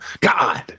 God